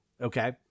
Okay